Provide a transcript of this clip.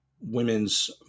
women's